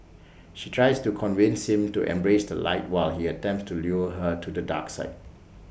she tries to convince him to embrace the light while he attempts to lure her to the dark side